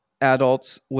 adults